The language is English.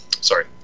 sorry